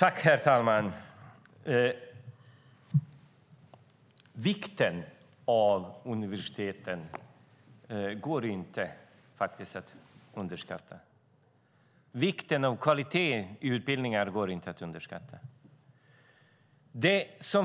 Herr talman! Vikten av universiteten går inte att underskatta. Vikten av kvalitet i utbildningarna går inte att underskatta.